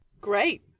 Great